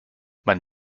man